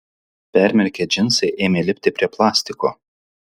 permirkę džinsai ėmė lipti prie plastiko